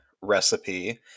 recipe